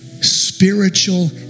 spiritual